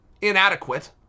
inadequate